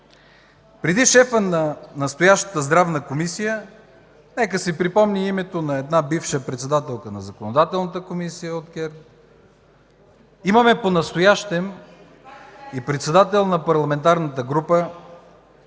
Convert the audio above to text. Преди шефа на настоящата Здравна комисия, нека си припомним името на една бивша председателка на Законодателната комисия от ГЕРБ; понастоящем има и председател на парламентарната група,